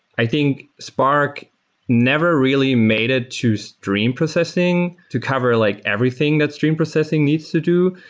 i think spark never really made it to stream processing to cover like everything that stream processing needs to do,